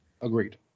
Agreed